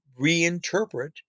reinterpret